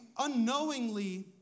unknowingly